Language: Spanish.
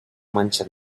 mancha